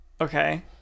Okay